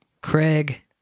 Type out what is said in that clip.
Craig